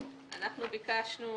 אנחנו ביקשנו